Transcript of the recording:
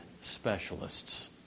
specialists